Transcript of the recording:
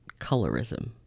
colorism